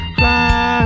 fly